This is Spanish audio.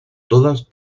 todas